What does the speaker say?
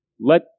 Let